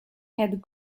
had